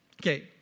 Okay